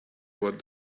what